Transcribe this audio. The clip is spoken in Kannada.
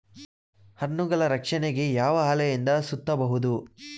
ಹಣ್ಣುಗಳ ರಕ್ಷಣೆಗೆ ಯಾವ ಹಾಳೆಯಿಂದ ಸುತ್ತಬಹುದು?